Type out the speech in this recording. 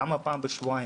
למה פעם בשבועיים?